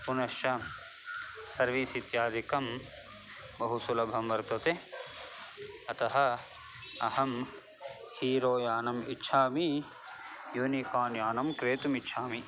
पुनश्च सर्विस् इत्यादिकं बहु सुलभं वर्तते अतः अहं हीरो यानम् इच्छामि यूनिकान् यानं क्रेतुम् इच्छामि